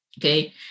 okay